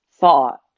thought